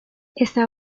esta